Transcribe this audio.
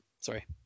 Sorry